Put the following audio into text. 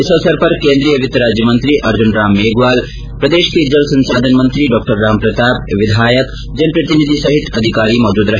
इस अवसर पर केन्द्रीय वित्त राज्य मंत्री अर्जुनराम मेघवाल प्रदेश के जल संसाधन मंत्री डॉ रामप्रताप विधायक जनप्रतिनिधि सहित अधिकारी मौजूद रहे